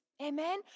Amen